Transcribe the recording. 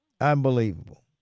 Unbelievable